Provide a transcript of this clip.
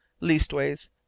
Leastways